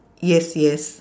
yes yes